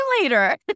later